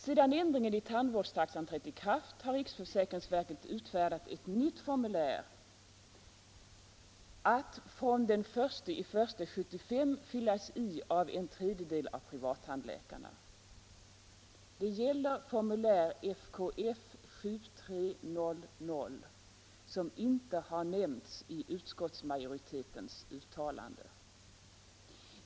Sedan ändringen i tandvårdstaxan trätt i kraft har riksförsäkringsverket utfärdat ett nytt formulär att från den 1 januari 1975 fyllas i av en tredjedel av privattandläkarna. Det gäller formulär FKF 7300 som inte har nämnts i utskottsmajoritetens uttalande.